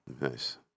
Nice